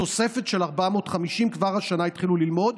תוספת של 450 כבר השנה התחילו ללמוד.